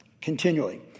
continually